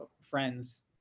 friends